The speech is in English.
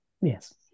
Yes